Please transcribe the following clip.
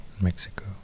Mexico